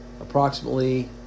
approximately